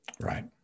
Right